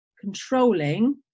controlling